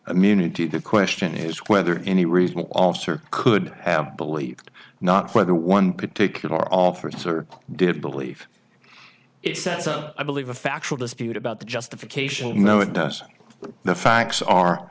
immunity the question is whether any reasonable officer could have believed not whether one particular officer did believe it sets up i believe a factual dispute about the justification no it doesn't the facts are